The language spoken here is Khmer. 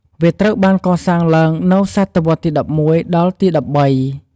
វាត្រូវបានកសាងឡើងនៅសតវត្សទី១១ ដល់ទី១៣។